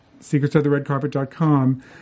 SecretsOfTheRedCarpet.com